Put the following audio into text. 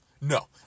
No